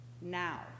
now